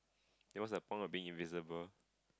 that was a punk a bit invisible